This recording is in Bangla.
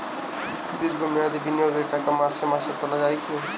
দীর্ঘ মেয়াদি বিনিয়োগের টাকা মাসে মাসে তোলা যায় কি?